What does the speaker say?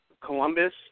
Columbus